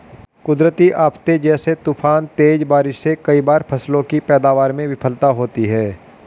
कुदरती आफ़ते जैसे तूफान, तेज बारिश से कई बार फसलों की पैदावार में विफलता होती है